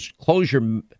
closure